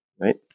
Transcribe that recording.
right